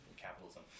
Capitalism